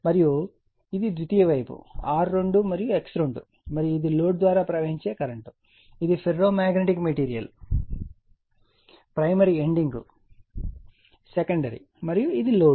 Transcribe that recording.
మరియు ఇది ద్వితీయ వైపు R2 మరియు X2 మరియు ఇది లోడ్ ద్వారా ప్రవహించే కరెంట్ ఇది ferromagnetic material primary winding secondary మరియు ఇది లోడ్